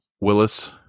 Willis